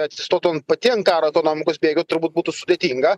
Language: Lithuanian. atsistotų ant pati ant karo ekonomikos bėgių turbūt būtų sudėtinga